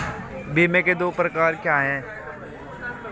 बीमा के दो प्रकार क्या हैं?